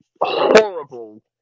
horrible